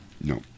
No